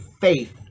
faith